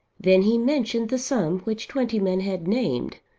then he mentioned the sum which twentyman had named,